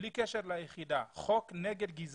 בישיבה הקודמת גילינו מספר דברים,